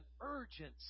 urgency